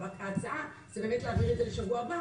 ההצעה בבקשה להעביר אותה לשבוע הבא